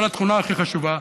אבל התכונה הכי חשובה,